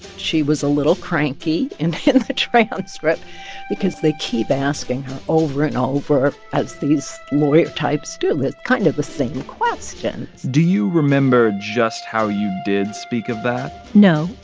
she was a little cranky in the transcript because they keep asking her over and over, as these lawyer types do, kind of the same questions do you remember just how you did speak of that? no,